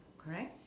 correct